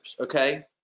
okay